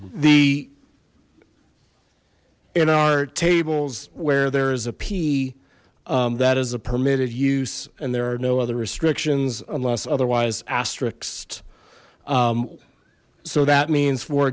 the in our tables where there is a p that is a permitted use and there are no other restrictions unless otherwise asterisk so that means for